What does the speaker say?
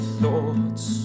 thoughts